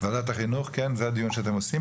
ועדת החינוך זה הדיון שאתם עושים